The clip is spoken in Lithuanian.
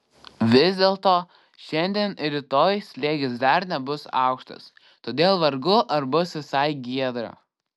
vis dėlto šiandien ir rytoj slėgis dar nebus aukštas todėl vargu ar bus visai giedra